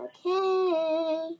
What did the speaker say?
Okay